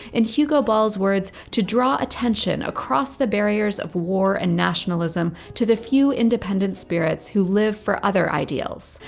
in hugo ball's words, to draw attention, across the barriers of war and nationalism, to the few independent spirits who live for other ideals.